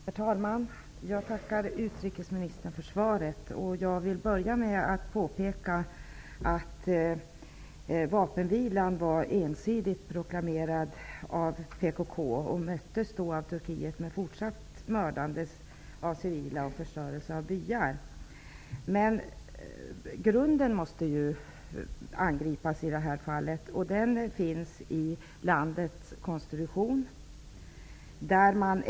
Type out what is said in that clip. Herr talman! Jag tackar utrikesministern för svaret. Jag vill börja med att påpeka att vapenvilan var ensidigt proklamerad av PKK och att den möttes av Turkiet med fortsatt mördande av civila och med förstörelse av byar. I det här fallet måste ju grunden till problemet angripas. Den finns i landets konstitution.